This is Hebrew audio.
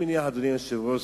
אדוני היושב-ראש,